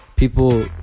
People